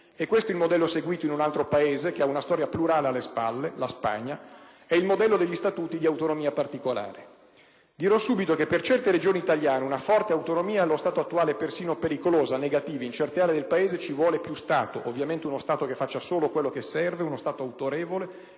È questo il modello seguito in un altro Paese che ha una storia plurale alle spalle, come la Spagna. È il modello degli Statuti di autonomia particolare. Dirò subito che per certe Regioni italiane una forte autonomia è, allo stato attuale, persino pericolosa e negativa. In certe aree del Paese ci vuole più Stato. Ovviamente, deve essere uno Stato che faccia solo quello che serve, uno Stato autorevole